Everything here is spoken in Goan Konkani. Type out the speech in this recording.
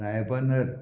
रायबंदर